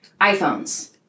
iPhones